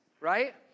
right